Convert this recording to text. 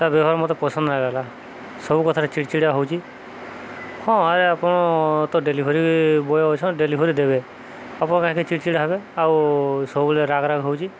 ତା ବ୍ୟବହାର ମୋତେ ପସନ୍ଦ ଲାଗଲା ସବୁ କଥାରେ ଚିଡ଼ଚିଡ଼ା ହେଉଛି ହଁ ଆରେ ଆପଣ ତ ଡ଼େଲିଭରି ବୟ ଅଛନ୍ ଡ଼େଲିଭରି ଦେବେ ଆପଣ କାହିଁକି ଚିଡ଼ଚିଡ଼ା ହେବେ ଆଉ ସବୁବେଳେ ରାଗ ରାଗ ହେଉଛି